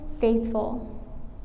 faithful